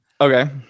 okay